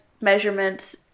measurements